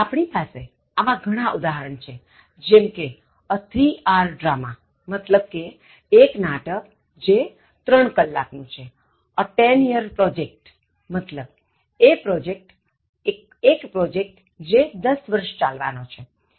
આપણી પાસે આવા ઘણાં ઉદાહરણ છે જેમ કે a three hour dramaમતલબ કેએક નાટકજે ત્રણ કલાક નું છે a ten year project મતલબ એક પ્રોજેક્ટ જે દસ વર્ષ ચાલવાનો છે